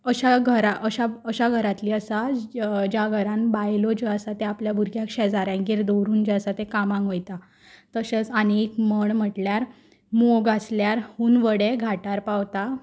अशा अशा घरांतलीं आसा ज्या घरान बायलो ज्यो आसा त्यो आपल्या भुरग्याक शेजाऱ्यागेर दवरून जे आसा ते कामाक वयता तशेंच आनी म्हण म्हटल्यार मोग आसल्यार हून वडे घांटार पावता